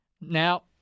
Now